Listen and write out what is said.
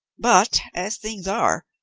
but, as things are,